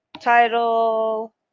title